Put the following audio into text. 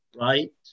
right